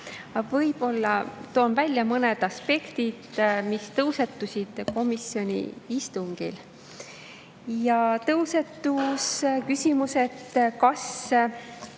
Aga toon välja mõned aspektid, mis tõusetusid komisjoni istungil. Tõusetus küsimus, kas